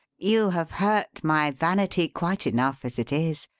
you have hurt my vanity quite enough as it is.